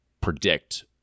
predict